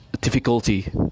difficulty